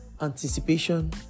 anticipation